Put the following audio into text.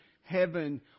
heaven